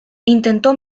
intentó